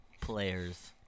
Players